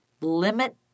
limit